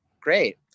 great